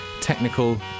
technical